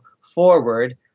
forward